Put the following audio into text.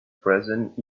present